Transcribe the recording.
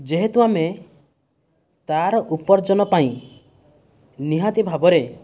ଯେହେତୁ ଆମେ ତା'ର ଉପାର୍ଜନ ପାଇଁ ନିହାତି ଭାବରେ